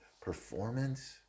performance